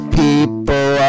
people